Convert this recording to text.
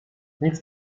nic